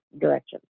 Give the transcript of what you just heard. direction